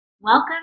Welcome